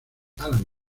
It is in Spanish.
alan